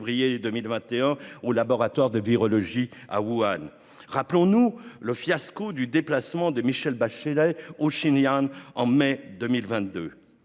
2021, au laboratoire de virologie de Wuhan. Rappelons-nous le fiasco du déplacement de Michelle Bachelet au Xinjiang en mai 2022.